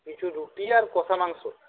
কিছু রুটি আর কষা মাংস